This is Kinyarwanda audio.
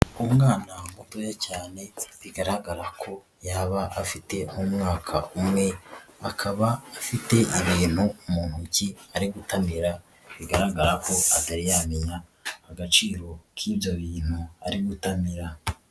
Umwana mutoya cyane bigaragara ko yaba afite nk'umwaka umwe, akaba afite ibintu mu ntoki ari gutamira bigaragara ko atari yamenya agaciro k'ibyo bintu ari gutamira.